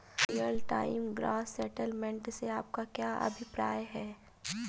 Real time gross settlement से आपका क्या अभिप्राय है?